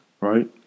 Right